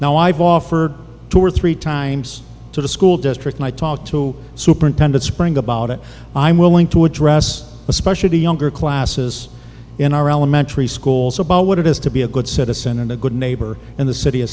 now i've offered two or three times to the school district i talked to superintendent spring about it i'm willing to address especially the younger classes in our elementary schools about what it is to be a good citizen and a good neighbor in the city